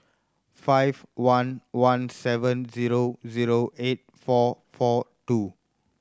five one one seven zero zero eight four four two